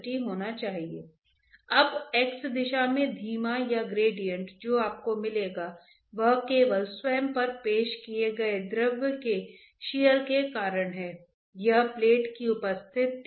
आप Navier Stokes से शुरू कर सकते हैं आप अनुमानों या धारणाओं को लागू करते हैं आपको अभी भी वही अभिव्यक्ति मिलनी चाहिए